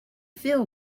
feel